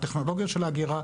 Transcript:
הטכנולוגיות של האגירה,